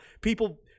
People